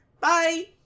Bye